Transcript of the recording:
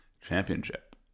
championship